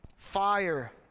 fire